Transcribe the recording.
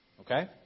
Okay